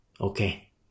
okay